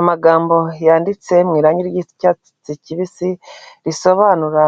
Amagambo yanditse mu irangi ry'icyatsi kibisi risobanura